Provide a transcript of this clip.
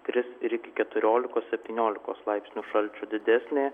kris ir iki keturiolikos septyniolikos laipsnių šalčio didesnė